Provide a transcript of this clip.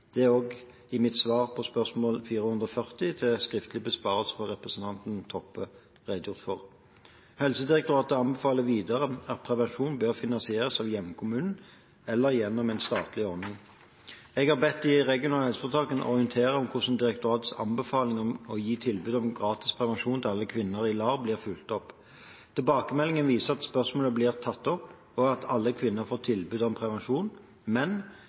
Det er det også redegjort for i mitt svar på spørsmål nr. 440 til skriftlig besvarelse fra representanten Toppe. Helsedirektoratet anbefaler videre at prevensjon bør finansieres av hjemkommunen eller gjennom en statlig ordning. Jeg har bedt de regionale helseforetakene orientere om hvordan direktoratets anbefaling om å gi tilbud om gratis prevensjon til alle kvinner i LAR blir fulgt opp. Tilbakemeldingen viser at spørsmålet blir tatt opp, og at alle kvinner får tilbud om prevensjon, men